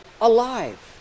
alive